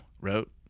wrote